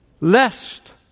lest